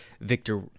victor